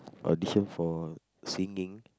audition for singing